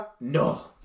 No